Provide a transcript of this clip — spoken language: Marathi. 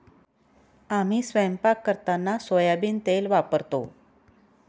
आम्ही स्वयंपाक करताना सोयाबीन तेल वापरतो